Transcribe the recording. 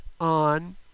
on